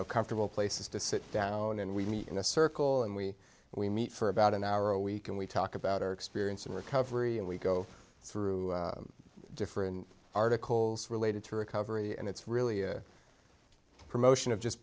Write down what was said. know comfortable places to sit down and we meet in a circle and we we meet for about an hour a week and we talk about our experience in recovery and we go through different articles related to recovery and it's really promotion of just